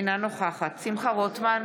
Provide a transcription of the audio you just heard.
אינה נוכחת שמחה רוטמן,